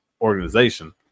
organization